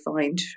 find